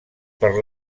per